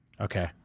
Okay